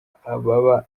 aba